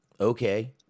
okay